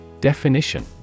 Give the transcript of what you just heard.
Definition